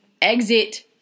Exit